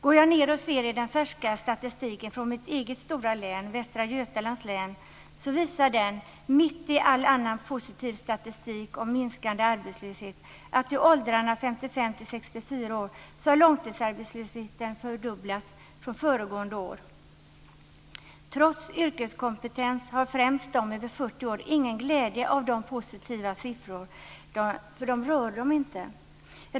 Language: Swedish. Om jag tittar i den färska statistiken från mitt eget stora län, Västra Götalands län, visar den, mitt i all annan positiv statistik om minskande arbetslöshet, att långtidsarbetslösheten har fördubblats i åldrarna 55 Trots yrkeskompetens har främst människor över 60 år ingen glädje av de positiva siffrorna, eftersom dessa siffror inte rör dem.